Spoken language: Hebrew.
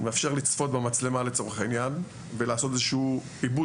לצפות במצלמה לצורך העניין ולעשות איזשהו עיבוד